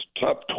top